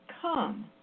Come